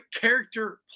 character